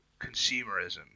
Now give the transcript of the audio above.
Consumerism